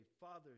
Father